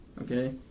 okay